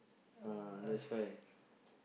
ah that's why